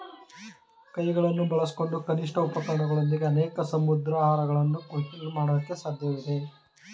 ಕೈಗಳನ್ನು ಬಳಸ್ಕೊಂಡು ಕನಿಷ್ಠ ಉಪಕರಣಗಳೊಂದಿಗೆ ಅನೇಕ ಸಮುದ್ರಾಹಾರಗಳನ್ನ ಕೊಯ್ಲು ಮಾಡಕೆ ಸಾಧ್ಯಇದೆ